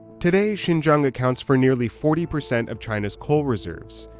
today xinjiang accounts for nearly forty percent of china's coal reserves.